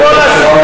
נתנו לכל,